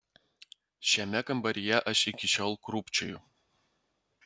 šiame kambaryje aš iki šiol krūpčioju